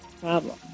problem